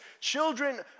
children